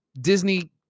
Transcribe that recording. Disney